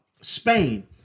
Spain